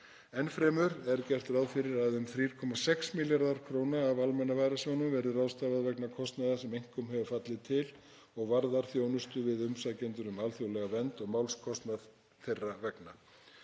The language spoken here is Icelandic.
Enn fremur er gert ráð fyrir að um 3,6 milljörðum kr. úr almenna varasjóðnum verði ráðstafað vegna kostnaðar sem einkum hefur fallið til og varðar þjónustu við umsækjendur um alþjóðlega vernd og málskostnað þeirra vegna.